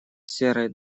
серой